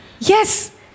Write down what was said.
Yes